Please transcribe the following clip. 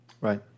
Right